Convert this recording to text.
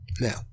Now